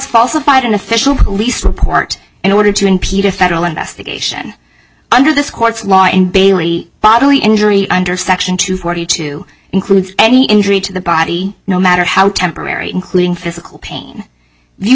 falsified an official police report in order to impede a federal investigation under this court's law and bailey bodily injury under section two forty two includes any injury to the body no matter how temporary including physical pain